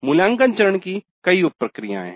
मूल्यांकन चरण की कई उप प्रक्रियाएं हैं